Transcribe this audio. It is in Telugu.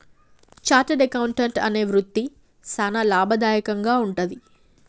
చార్టర్డ్ అకౌంటెంట్ అనే వృత్తి సానా లాభదాయకంగా వుంటది